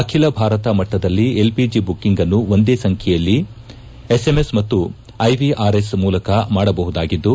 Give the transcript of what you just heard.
ಅಖಿಲ ಭಾರತ ಮಟ್ಟದಲ್ಲಿ LPG booking ನ್ನು ಒಂದೇ ಸಂಖ್ಯೆಯಲ್ಲಿ ಎಸ್ಎಂಎಸ್ ಮತ್ತು ಐಎಆರ್ಎಸ್ ಮೂಲಕ ಮಾಡಬಹುದಾಗಿದ್ದು